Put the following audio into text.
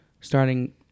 starting